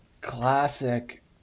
classic